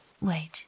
wait